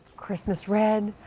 christmas red,